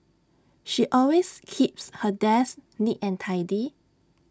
she always keeps her desk neat and tidy